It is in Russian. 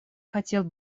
хотел